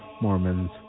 Mormons